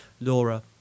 Laura